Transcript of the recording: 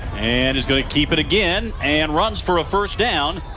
and he's going to keep it again and runs for a first down.